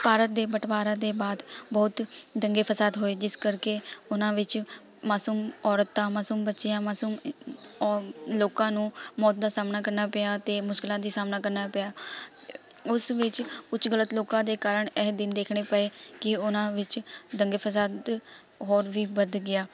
ਭਾਰਤ ਦੇ ਬਟਵਾਰਾ ਦੇ ਬਾਅਦ ਬਹੁਤ ਦੰਗੇ ਫਸਾਦ ਹੋਏ ਜਿਸ ਕਰਕੇ ਉਹਨਾਂ ਵਿੱਚ ਮਾਸੂਮ ਔਰਤਾਂ ਮਾਸੂਮ ਬੱਚਿਆਂ ਮਾਸੂਮ ਉਹ ਲੋਕਾਂ ਨੂੰ ਮੌਤ ਦਾ ਸਾਹਮਣਾ ਕਰਨਾ ਪਿਆ ਅਤੇ ਮੁਸ਼ਕਲਾਂ ਦੀ ਸਾਹਮਣਾ ਕਰਨਾ ਪਿਆ ਉਸ ਵਿੱਚ ਕੁਛ ਗ਼ਲਤ ਲੋਕਾਂ ਦੇ ਕਾਰਨ ਇਹ ਦਿਨ ਦੇਖਣੇ ਪਏ ਕਿ ਉਹਨਾਂ ਵਿੱਚ ਦੰਗੇ ਫਸਾਦ ਹੋਰ ਵੀ ਵੱਧ ਗਿਆ